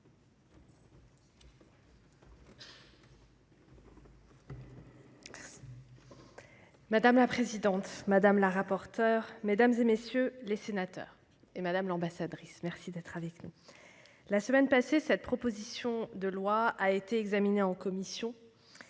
Mme la ministre. Madame la présidente, mesdames, messieurs les sénateurs, madame l'ambassadrice- merci d'être avec nous -, la semaine passée, cette proposition de loi a été examinée en commission.